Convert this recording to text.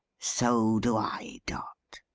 so do i, dot.